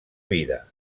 vida